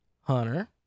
Hunter